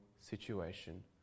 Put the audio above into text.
situation